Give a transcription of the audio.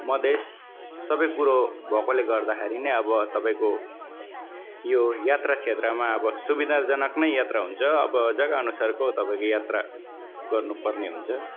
मधेस सबै कुरो भएकोले गर्दाखेरि नै अब तपाईँको यो यात्रा क्षेत्रमा अब सुविधाजनक नै यात्रा हुन्छ अब जगा अनुसारको तपाईँको यात्रा गर्नु पर्ने हुन्छ